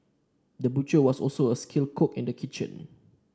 the butcher was also a skilled cook in the kitchen